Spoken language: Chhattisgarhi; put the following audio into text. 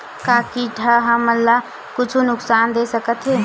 का कीट ह हमन ला कुछु नुकसान दे सकत हे?